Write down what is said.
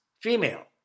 female